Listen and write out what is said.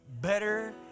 Better